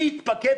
מי התפקד,